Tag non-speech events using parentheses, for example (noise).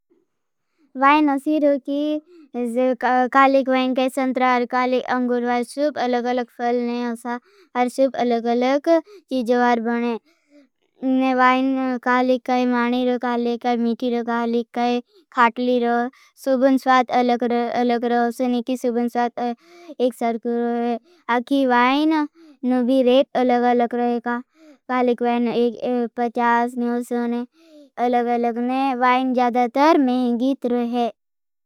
वाइन कालिक वाइन काई संत्रा और कालिक अंगुर वाइन सुप अलग-अलग फ़लने हैं। और सुप अलग-अलग चीज़वार बनें। वाइन कालिक। (unintelligible) मादे कालिकाये, मीठे कालिंकाये, खत्ली रे। सुबन साठ अलग रो अलग रो सुनी के सरकरआ (hesitation) आ की वाईन। नवी रे अलग अलग कालिक वाईन अलग अलग ने वाईन ज्यादातर गीत रहे।